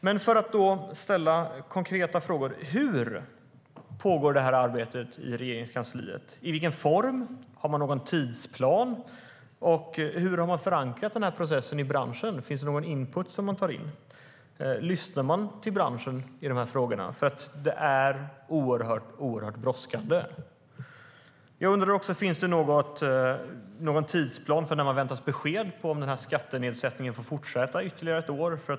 Men för att ställa konkreta frågor: I vilken form pågår det här arbetet i Regeringskansliet? Har man någon tidsplan? Hur har man förankrat processen i branschen? Finns det någon input som man tar in? Lyssnar man till branschen? Det är oerhört brådskande. Jag undrar också om det finns någon tidsplan för när man kan förvänta sig ett besked om huruvida skattenedsättningen får fortsätta ytterligare ett år.